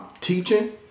teaching